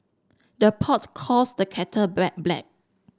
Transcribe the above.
the pot calls the kettle black